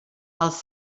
els